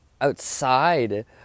outside